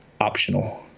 optional